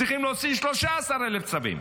צריכים להוציא 13,000 צווים.